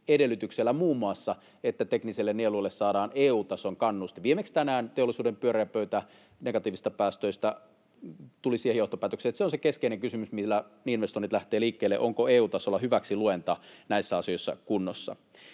edellytyksellä muun muassa, että teknisille nieluille saadaan EU-tason kannustin. Viimeksi tänään teollisuuden pyöreä pöytä negatiivisista päästöistä tuli siihen johtopäätökseen, että se on se keskeinen kysymys, millä ne investoinnit lähtevät liikkeelle ja onko EU-tasolla hyväksiluenta näissä asioissa kunnossa.